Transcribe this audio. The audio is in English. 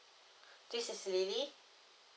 this is lily